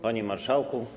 Panie Marszałku!